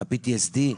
ה-PTSD,